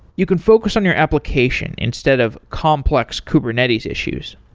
you can focus on your application instead of complex kubernetes issues.